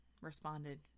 responded